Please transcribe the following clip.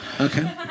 Okay